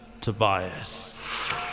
Tobias